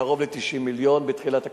קרוב ל-90 מיליון בתחילת הקדנציה,